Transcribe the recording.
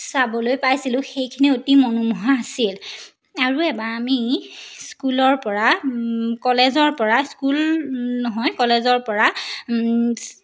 চাবলৈ পাইছিলোঁ সেইখিনি অতি মনোমোহা আছিল আৰু এবাৰ আমি স্কুলৰ পৰা কলেজৰ পৰা স্কুল নহয় কলেজৰ পৰা